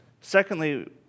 Secondly